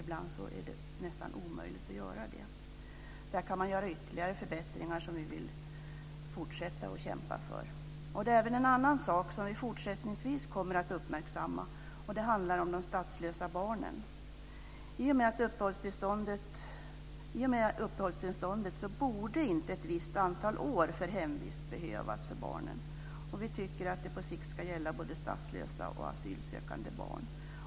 Ibland är det nästan omöjligt att styrka identiteten. Man kan också göra ytterligare förbättringar, som vi vill fortsätta att kämpa för. En annan sak som vi fortsättningsvis kommer att uppmärksamma handlar om de statslösa barnen. I och med uppehållstillståndet borde inte ett visst antal år för hemvist behövas för barnen, och vi tycker att det på sikt ska gälla både statslösa och asylsökande barn.